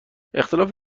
اختلاف